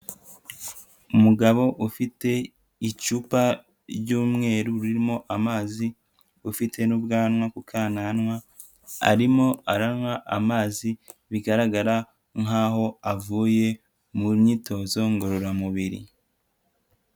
Umugabo ufite icupa ry'umweru ririmo amazi, ufite n'ubwanwa kukananwa arimo aranywa amazi bigaragara nkaho avuye mu myitozo ngororamubiri.